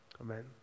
Amen